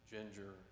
Ginger